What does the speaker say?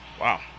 Wow